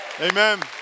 Amen